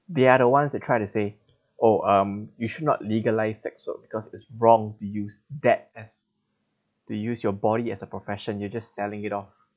they are the ones try to say oh um you should not legalised sex work because it's wrong to use that as the use your body as a profession you are just selling it off